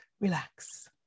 relax